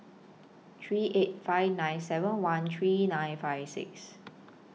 three eight five nine seven one three nine five six